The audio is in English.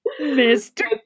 Mr